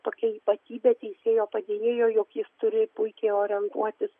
tokia ypatybė teisėjo padėjėjo jog jis turi puikiai orientuotis